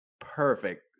perfect